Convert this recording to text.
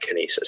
Kinesis